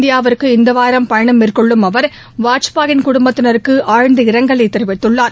இந்தியாவுக்கு இந்த வாரம் பயணம் மேற்கொள்ளும் அவர் வாஜ்பாயின் குடும்பத்தினருக்கு ஆழ்ந்த இரங்கலை தெரிவித்துள்ளார்